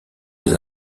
les